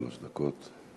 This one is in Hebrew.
שלוש דקות.